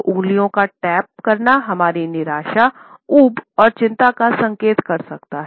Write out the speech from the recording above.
तो उंगलियों का टैप करना हमारी निराशा ऊब और चिंता का संकेत कर सकता है